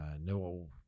no